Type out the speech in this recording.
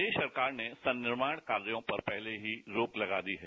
प्रदेश सरकार ने सब निर्माण कार्यो पर पहले ही रोक लगा दी है